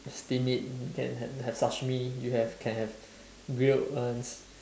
steam it you can have have sashimi you have can have grilled ones